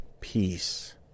peace